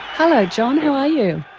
hello john, how are you?